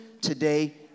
today